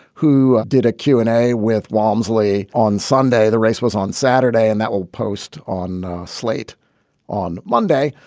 who did a q and a with warmsley on sunday. the race was on saturday and that will post on slate on monday.